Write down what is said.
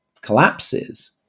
collapses